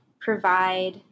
provide